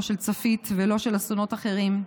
לא של צפית ולא של אסונות אחרים.